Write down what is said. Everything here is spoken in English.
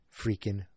freaking